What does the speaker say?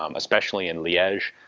um especially in liege,